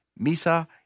Misa